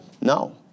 No